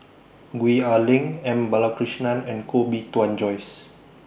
Gwee Ah Leng M Balakrishnan and Koh Bee Tuan Joyce